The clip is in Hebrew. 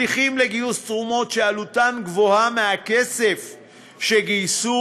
שליחים לגיוס תרומות שעלותם גבוהה מהכסף שגייסו,